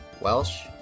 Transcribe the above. Welsh